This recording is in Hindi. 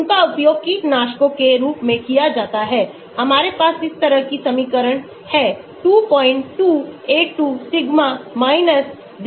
उनका उपयोग कीटनाशकों के रूप में किया जाता है हमारे पास इस तरह के समीकरण हैं 2282 सिग्मा 0348